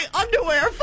underwear